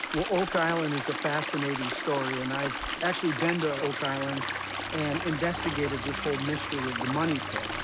well, oak island is a fascinating story, and i've actually been to oak island and investigated this whole mystery of the money pit.